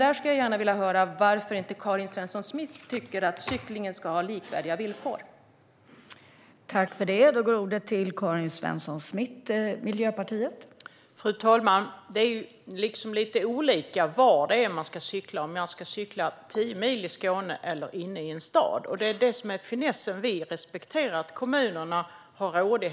Jag skulle gärna vilja höra varför inte Karin Svensson Smith tycker att cyklingen ska ha likvärdiga villkor som övriga trafikslag.